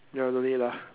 ya don't need lah